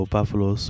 Buffalo